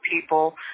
people